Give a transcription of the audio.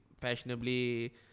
fashionably